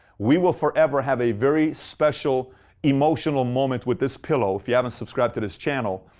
we will forever have a very special emotional moment with this pillow. if you haven't subscribed to this channel,